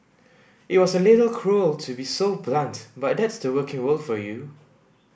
it was a little cruel to be so blunt but that's the working world for you